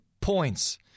points